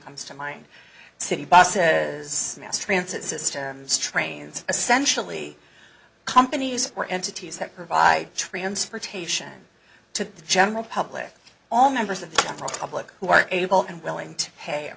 comes to mind city boss says mass transit systems trains essentially companies or entities that provide transportation to the general public all members of the general public who are able and willing to pay a